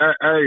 hey